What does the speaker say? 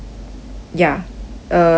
ya err